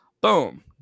Boom